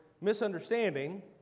misunderstanding